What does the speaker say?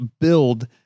build